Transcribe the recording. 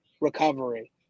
recovery